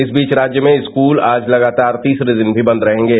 इस बीच राज्य में स्कूल आज लगातार तीसरे दिन भी बंद रहेंगे